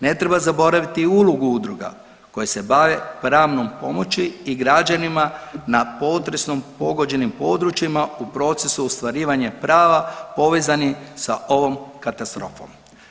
Ne treba zaboraviti ulogu udruga koje se bave pravnom pomoći i građanima na potresom pogođenim područjima u procesu ostvarivanja prava povezani za ovom katastrofom.